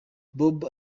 bob